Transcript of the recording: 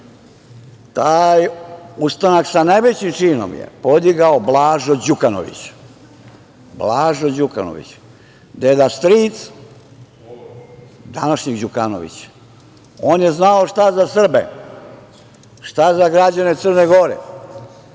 Taj ustanak sa najvećim činom je podigao Blažo Đukanović. Blažo Đukanović, deda-stric današnjeg Đukanovića. On je znao šta za Srbe, šta za građane Crne Gore,